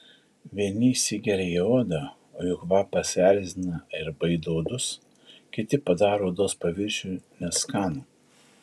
vieni įsigeria į odą o jų kvapas erzina ir baido uodus kiti padaro odos paviršių neskanų